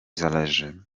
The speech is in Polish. zależy